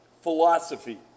philosophy